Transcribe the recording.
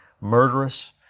murderous